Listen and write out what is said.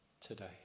today